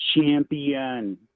champion